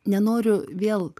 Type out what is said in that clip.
nenoriu vėl